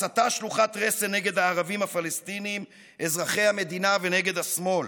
הסתה שלוחת רסן נגד הערבים הפלסטינים אזרחי המדינה ונגד השמאל,